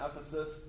Ephesus